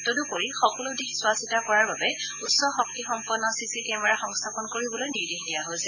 তদুপৰি সকলো দিশ চোৱাচিতা কৰাৰ বাবে উচ্চ শক্তিসম্পন্ন চিচি কেমেৰা সংস্থাপন কৰিবলৈও নিৰ্দেশ দিয়া হৈছে